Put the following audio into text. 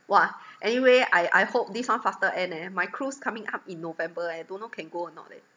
!wah! anyway I I hope this one faster end eh my cruise coming up in november eh don't know can go or not leh